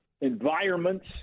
environments